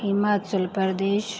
Himachal Pradesh